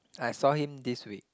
I saw him this week